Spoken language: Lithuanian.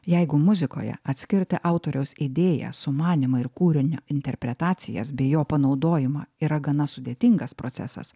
jeigu muzikoje atskirti autoriaus idėją sumanymą ir kūrinio interpretacijas bei jo panaudojimą yra gana sudėtingas procesas